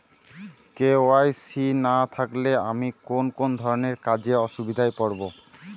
KYC না থাকলে আমি কোন কোন ধরনের কাজে অসুবিধায় পড়ব?